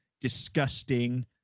disgusting